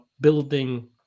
building